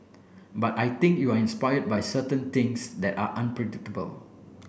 but I think you are inspired by certain things that are unpredictable